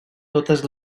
totes